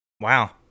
Wow